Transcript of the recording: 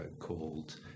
called